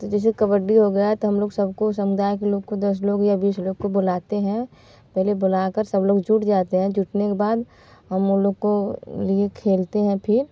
तो जैसे कबड्डी हो गया तो हम लोग सबको समुदाय के लोग को दस लोग या बीस लोग को बुलाते हैं पहले बुलाकर सब लोग जुट जाते हैं जुटने के बाद हम उन लोग को लिए खेलते हैं फिर